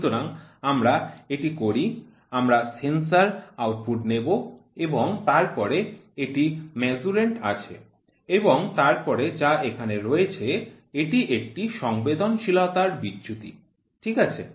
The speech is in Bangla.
সুতরাং আমারা এটি করি আমরা সেন্সর আউটপুট নেব এবং তারপরে এটি মেজার্যান্ড আছে এবং তারপরে যা এখানে রয়েছে এটি একটি সংবেদনশীলতার বিচ্যুতি ঠিক আছে